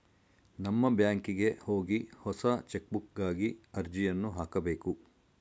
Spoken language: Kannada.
ನಮ್ಮ ಬ್ಯಾಂಕಿಗೆ ಹೋಗಿ ಹೊಸ ಚೆಕ್ಬುಕ್ಗಾಗಿ ಅರ್ಜಿಯನ್ನು ಹಾಕಬೇಕು